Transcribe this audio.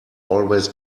always